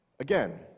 Again